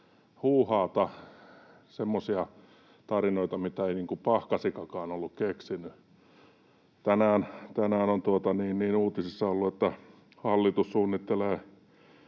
semmoisia tarinoita, mitä ei Pahkasikakaan ollut keksinyt. Tänään on uutisissa ollut, että hallitus suunnittelee